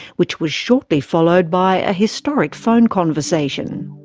which was shortly followed by a historic phone conversation.